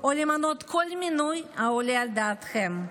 או למנות כל מינוי העולה על דעתכם.